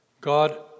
God